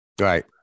Right